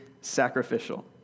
sacrificial